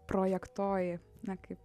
projektuoji na kaip